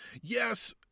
Yes